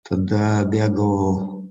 tada bėgau